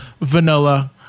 vanilla